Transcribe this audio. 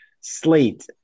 slate